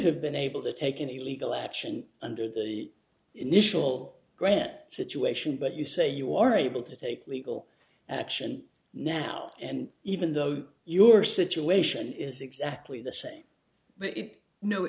have been able to take any legal action under the initial grant situation but you say you are able to take legal action now and even though your situation is exactly the same it no